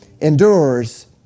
endures